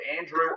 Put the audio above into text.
Andrew